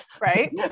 Right